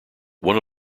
one